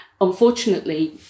Unfortunately